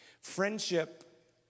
Friendship